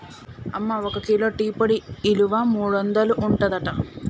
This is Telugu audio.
అమ్మ ఒక కిలో టీ పొడి ఇలువ మూడొందలు ఉంటదట